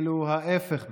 ההפך מכך,